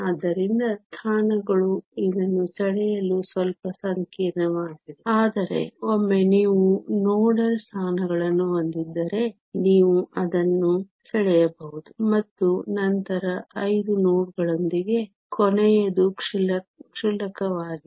ಆದ್ದರಿಂದ ಸ್ಥಾನಗಳು ಇದನ್ನು ಸೆಳೆಯಲು ಸ್ವಲ್ಪ ಸಂಕೀರ್ಣವಾಗಿದೆ ಆದರೆ ಒಮ್ಮೆ ನೀವು ನೋಡಲ್ ಸ್ಥಾನಗಳನ್ನು ಹೊಂದಿದ್ದರೆ ನೀವು ಅದನ್ನು ಸೆಳೆಯಬಹುದು ಮತ್ತು ನಂತರ 5 ನೋಡ್ ಗಳೊಂದಿಗೆ ಕೊನೆಯದು ಕ್ಷುಲ್ಲಕವಾಗಿದೆ